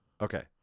Okay